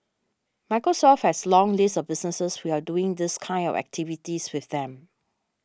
Microsoft has a long list of businesses who are doing these kind of activities with them